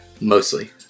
Mostly